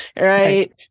right